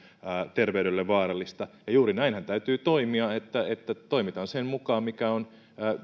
terveydelle vaarallista juuri näinhän täytyy toimia että että toimitaan sen mukaan mikä on